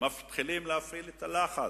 מתחילים להפעיל לחץ.